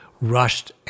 rushed